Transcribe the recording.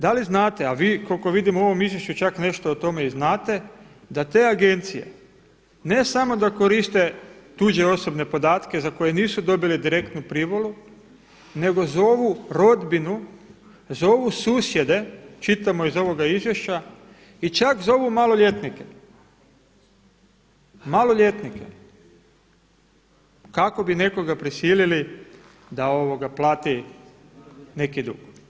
Da li znate a vi, koliko vidim u ovom izvješću čak nešto o tome i znate da te agencije ne samo da koriste tuđe osobne podatke za koje nisu dobili direktnu privolu, nego zovu rodbinu, zovu susjede čitamo iz ovoga izvješća i čak zovu maloljetnike kako bi nekoga prisilili da plati neki dug.